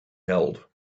held